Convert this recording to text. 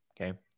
okay